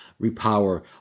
repower